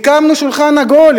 הקמנו שולחן עגול,